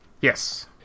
Yes